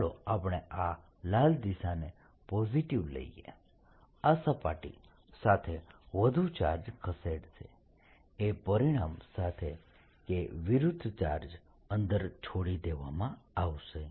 ચાલો આપણે આ લાલ દિશાને પોઝિટીવ લઈએ આ સપાટી સાથે વધુ ચાર્જ ખસેડશે એ પરિણામ સાથે કે વિરુદ્ધ ચાર્જ અંદર છોડી દેવામાં આવશે